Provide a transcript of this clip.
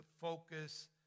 focus